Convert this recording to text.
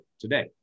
today